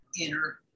inner